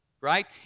right